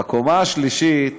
בקומה השלישית,